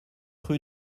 rue